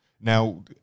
Now